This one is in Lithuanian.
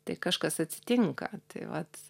tai kažkas atsitinka tai vat